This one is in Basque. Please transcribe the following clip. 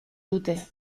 dute